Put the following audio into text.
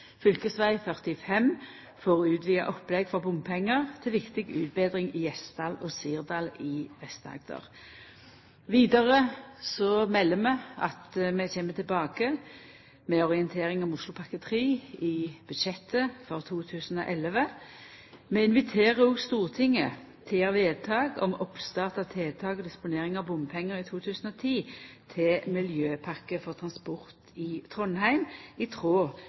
Fylkesveg 45 får utvida opplegg for bompengar til viktig utbetring i Gjesdal og Sirdal i Vest-Agder. Vidare melder vi at vi kjem tilbake med orientering om Oslopakke 3 i budsjettet for 2011, men vi inviterer òg Stortinget til å gjera vedtak om oppstart av tiltak og disponering av bompengar i 2010 når det gjeld Miljøpakke for transport i Trondheim, i tråd